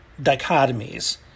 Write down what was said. dichotomies